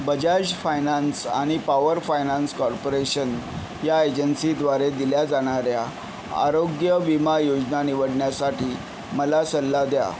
Bajaj finance आणि power finance corporation या एजन्सीद्वारे दिल्या जाणाऱ्या आरोग्य विमा योजना निवडण्यासाठी मला सल्ला द्या